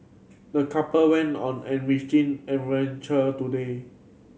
the couple went on an enriching adventure today